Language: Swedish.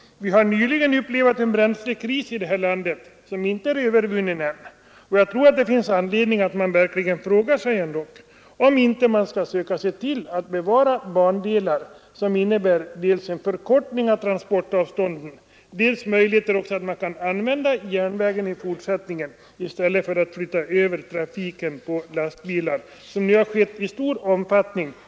Vi har nyligen upplevt en energikris i det här landet som ännu inte är övervunnen. Jag tror därför att det verkligen finns anledning att fråga sig om man inte bör försöka bevara bandelar, som ger dels en förkortning av transportavstånden, dels möjligheter att använda järnvägen i fortsättningen i stället för att flytta över trafiken till lastbilar, något som här skett i stor omfattning.